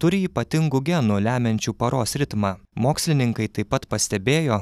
turi ypatingų genų lemiančių paros ritmą mokslininkai taip pat pastebėjo